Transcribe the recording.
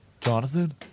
Jonathan